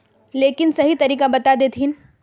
लेकिन सही तरीका बता देतहिन?